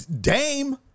Dame